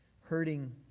hurting